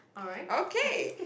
okay